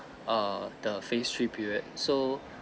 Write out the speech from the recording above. err the phase three period so